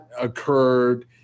occurred